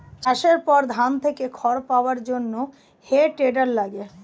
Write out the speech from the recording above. চাষের পর ধান থেকে খড় পাওয়ার জন্যে হে টেডার লাগে